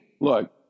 look